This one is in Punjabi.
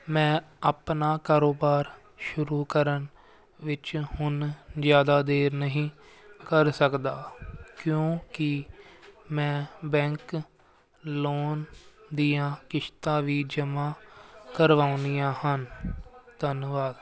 ਮੈਂ ਆਪਣਾ ਕਾਰੋਬਾਰ ਸ਼ੁਰੂ ਕਰਨ ਵਿੱਚ ਹੁਣ ਜ਼ਿਆਦਾ ਦੇਰ ਨਹੀਂ ਕਰ ਸਕਦਾ ਕਿਉਂ ਕਿ ਮੈਂ ਬੈਂਕ ਲੋਨ ਦੀਆਂ ਕਿਸ਼ਤਾਂ ਵੀ ਜਮ੍ਹਾਂ ਕਰਵਾਉਣੀਆਂ ਹਨ ਧੰਨਵਾਦ